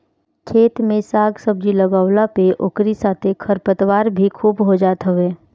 खेत में साग सब्जी लगवला पे ओकरी साथे खरपतवार भी खूब हो जात हवे